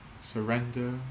Surrender